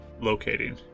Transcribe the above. locating